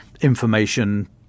information